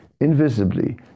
Invisibly